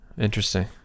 Interesting